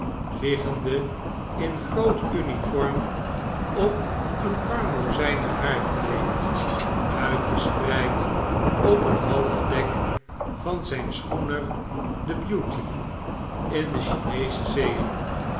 liggende in groote uniform op een karmozijnen haardkleed uitgespreid op het halfdek van zyn schoener de beauty in de chineesche zeeen